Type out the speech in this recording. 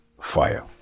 fire